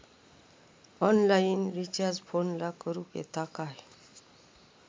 Online recharge फोनला करूक येता काय?